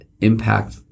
impact